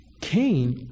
Cain